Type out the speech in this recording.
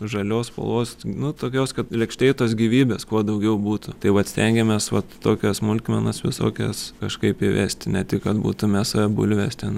žalios spalvos nu tokios kad lėkštėj tos gyvybės kuo daugiau būtų tai vat stengiamės va va tokias smulkmenas visokias kažkaip įvesti ne tik kad būtų mėsa bulvės ten